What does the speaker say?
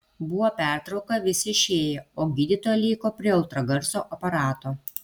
buvo pertrauka visi išėjo o gydytoja liko prie ultragarso aparato